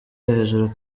hejuru